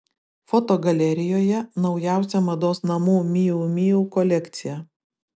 fotogalerijoje naujausia mados namų miu miu kolekcija